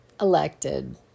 elected